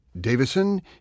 Davison